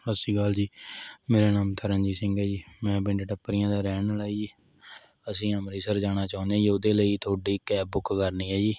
ਸਤਿ ਸ਼੍ਰੀ ਅਕਾਲ ਜੀ ਮੇਰਾ ਨਾਮ ਤਰਨਜੀਤ ਸਿੰਘ ਹੈ ਜੀ ਮੈਂ ਪਿੰਡ ਟੱਪਰੀਆਂ ਦਾ ਰਹਿਣ ਵਾਲਾ ਜੀ ਅਸੀਂ ਅੰਮ੍ਰਿਤਸਰ ਜਾਣਾ ਚਾਹੁੰਦੇ ਜੀ ਉਹਦੇ ਲਈ ਤੁਹਾਡੀ ਕੈਬ ਬੁੱਕ ਕਰਨੀ ਹੈ ਜੀ